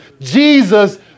Jesus